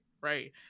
right